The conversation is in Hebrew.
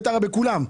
בטרה ובכולם.